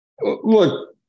Look